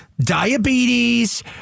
Diabetes